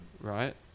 right